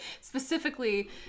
specifically